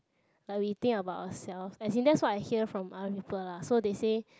like we think about ourselves as in that's what I hear from other people lah so they say